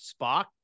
Spock